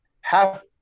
half